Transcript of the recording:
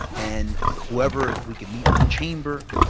and whoever we can meet with the chamber,